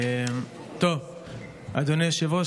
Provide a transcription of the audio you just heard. אדוני היושב-ראש,